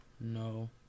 no